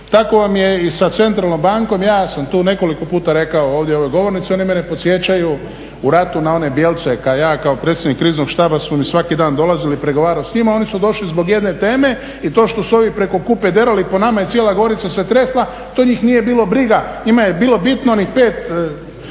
Tako vam je i sa Centralnom bankom, ja sam tu nekoliko puta rekao ovdje na ovoj govornici oni mene podsjećaju u ratu na one …/Govornik se ne razumije./… kao ja, kao predsjednik Križnog štaba su mi svaki dan dolazili, pregovarao s njima, oni su došli zbog jedne teme i to što su ovi preko Kupe derali po nama i cijela gorica se tresla to njih nije bilo briga, njima je bilo bitno onih 5